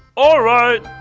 alright!